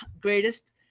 greatest